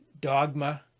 dogma